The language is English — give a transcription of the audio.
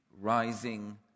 rising